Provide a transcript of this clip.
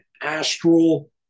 astral